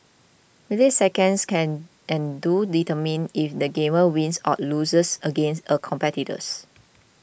milliseconds can and do determine if the gamer wins or loses against a competitor